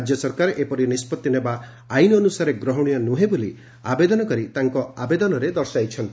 ରାଜ୍ୟ ସରକାର ଏପରି ନିଷ୍ବଭି ନେବା ଆଇନ୍ ଅନୁସାରେ ଗ୍ରହଶୀୟ ନୁହେଁ ବୋଲି ଆବେଦନକାରୀ ତାଙ୍କ ଆବେଦନରେ ଦର୍ଶାଇଛନ୍ତି